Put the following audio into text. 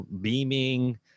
beaming